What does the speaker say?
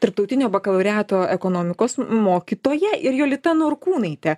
tarptautinio bakalaureato ekonomikos mokytoja ir jolita norkūnaitė